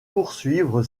poursuivre